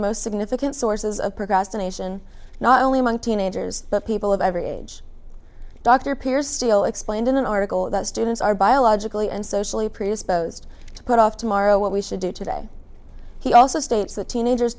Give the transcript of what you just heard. the most and if it can sources of procrastination not only among teenagers but people of every age dr pierce steele explained in an article that students are biologically and socially predisposed to put off tomorrow what we should do today he also states that teenagers